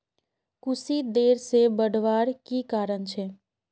कुशी देर से बढ़वार की कारण छे?